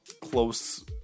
close